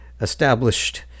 established